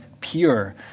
pure